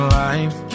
life